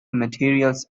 materials